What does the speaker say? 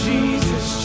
Jesus